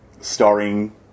starring